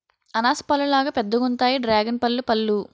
అనాస పల్లులాగా పెద్దగుంతాయి డ్రేగన్పల్లు పళ్ళు